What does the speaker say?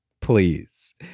please